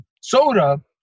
soda